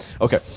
Okay